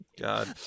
God